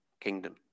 kingdom